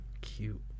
Cute